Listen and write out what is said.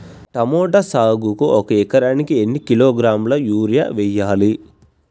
Tomato సాగుకు ఒక ఎకరానికి ఎన్ని కిలోగ్రాముల యూరియా వెయ్యాలి?